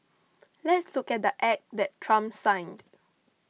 let's look at the Act that Trump signed